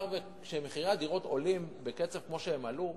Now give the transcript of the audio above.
כשמחירי הדירות עולים בקצב שהם עלו,